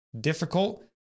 difficult